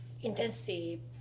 intensive